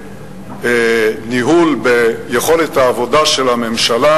בניהול, ביכולת העבודה של הממשלה.